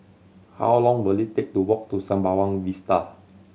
how long will it take to walk to Sembawang Vista